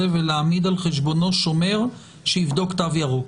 ולהעמיד על חשבונו שומר שיבדוק תו ירוק?